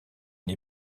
une